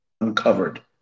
uncovered